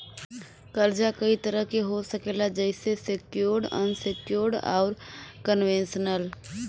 कर्जा कई तरह क हो सकेला जइसे सेक्योर्ड, अनसेक्योर्ड, आउर कन्वेशनल